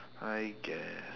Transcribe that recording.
I guess